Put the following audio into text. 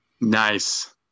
nice